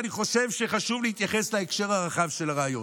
אני חושב שחשוב להתייחס להקשר הרחב של הריאיון.